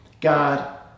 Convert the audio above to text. God